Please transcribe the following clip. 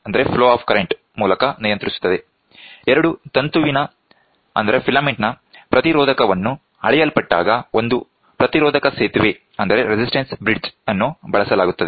2 ತಂತುವಿನ ಪ್ರತಿರೋಧಕವನ್ನು ಅಳೆಯಲ್ಪಟ್ಟಾಗ ಒಂದು ಪ್ರತಿರೋಧಕ ಸೇತುವೆಯನ್ನು ಬಳಸಲಾಗುತ್ತದೆ